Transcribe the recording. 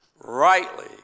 Rightly